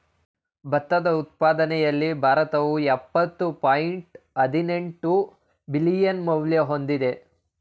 ಭತ್ತದ ಉತ್ಪಾದನೆಯಲ್ಲಿ ಭಾರತವು ಯಪ್ಪತ್ತು ಪಾಯಿಂಟ್ ಹದಿನೆಂಟು ಬಿಲಿಯನ್ ಮೌಲ್ಯ ಹೊಂದಿದೆ